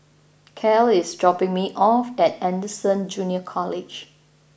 Cale is dropping me off at Anderson Junior College